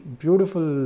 beautiful